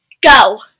Go